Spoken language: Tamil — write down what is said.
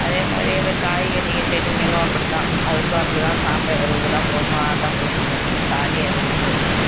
அதே மாதிரி அந்த காய்கறிங்கள் செடிங்களும் அப்படி தான் அதுக்கும் அப்படி தான் சாம்பல் எருவு தான் போடணும் ஆட்டாம் புழுக்கை போடணும் சாணி எருவு போடணும்